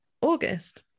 August